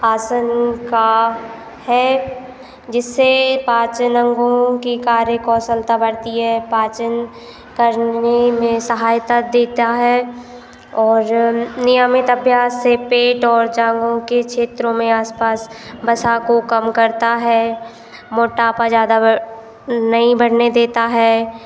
आसन का है जिससे पाचन अंगों की कार्यकुशलता बढ़ती है पाचन करने में सहायता देता है और नियमित अभ्यास से पेट और जांघों के छेत्रों में आस पास वसा को कम करता है मोटापा ज़्यादा बढ़ नहीं बढ़ने देता है